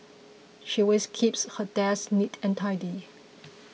she always keeps her desks neat and tidy